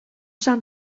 san